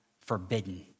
forbidden